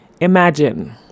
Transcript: Imagine